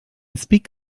speak